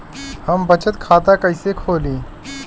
हम बचत खाता कइसे खोलीं?